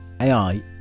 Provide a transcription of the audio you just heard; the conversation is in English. AI